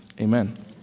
amen